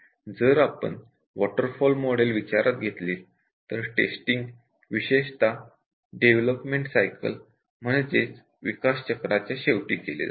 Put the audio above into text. जर आपण waterfall model विचारात घेतले तर टेस्टिंग विशेषत डेवलपमेंट सायकल च्या शेवटी केले जाते